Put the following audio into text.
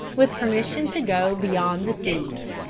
with permission to go beyond the seas.